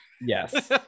Yes